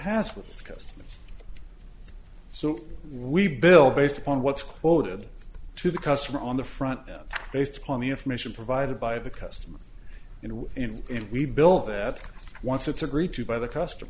coast so we build based upon what's quoted to the customer on the front based upon the information provided by the customer and in we built that once it's agreed to by the customer